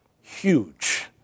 huge